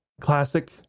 Classic